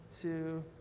two